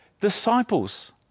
disciples